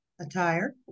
attire